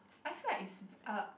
I feel like it's a